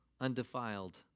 undefiled